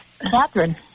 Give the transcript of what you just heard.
Catherine